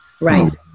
Right